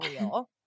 real